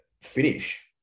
finish